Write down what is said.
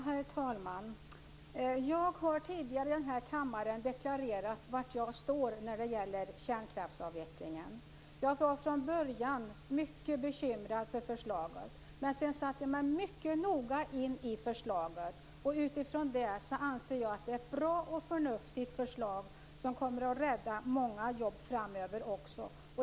Herr talman! Jag har tidigare i den här kammaren deklarerat var jag står när det gäller kärnkraftsavvecklingen. Jag var från början mycket bekymrad över förslaget. Men sedan satte jag mig mycket noga in i förslaget, och utifrån det anser jag att det är ett bra och förnuftigt förslag som också kommer att rädda många jobb framöver.